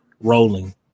rolling